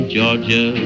Georgia